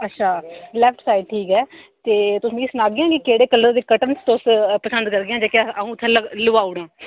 अच्छा left side ठीक ऐ ते तुस मिगी सनागी ओ के केह्डे कलर दे कर्टन तुस पंसद करगी हां जेह्के अस अ'ऊं उत्थै लबाई औङ